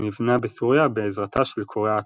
שנבנה בסוריה בעזרתה של קוריאה הצפונית.